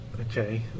Okay